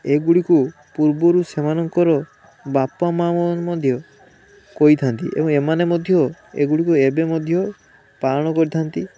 ଏଗୁଡ଼ିକୁ ପୂର୍ବରୁ ସେମାନଙ୍କର ବାପା ମାଁ ମଧ୍ୟ କହିଥାନ୍ତି ଏବଂ ଏମାନେ ମଧ୍ୟ ଏଗୁଡ଼ିକୁ ଏବେ ମଧ୍ୟ ପାଳନ କରିଥାନ୍ତି